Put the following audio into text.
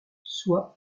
soit